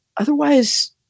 otherwise